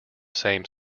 same